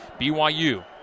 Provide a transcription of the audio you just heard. BYU